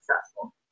successful